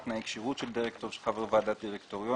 תנאי כשירות של דירקטור ושל חבר בוועדת דירקטוריון,